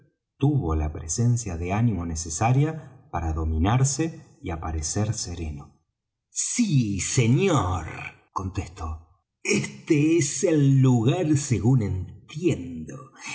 tuvo la presencia de ánimo necesaria para dominarse y aparecer sereno sí señor contestó este es el lugar según entiendo